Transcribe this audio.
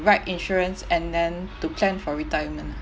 right insurance and then to plan for retirement